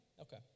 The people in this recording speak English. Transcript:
Okay